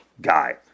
guy